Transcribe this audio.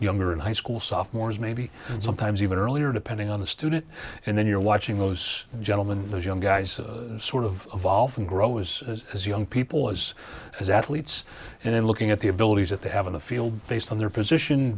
younger in high school sophomores maybe sometimes even earlier depending on the student and then you're watching those gentlemen those young guys sort of vaal from growing as young people as as athletes and then looking at the abilities that they have in the field based on their position